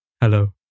Hello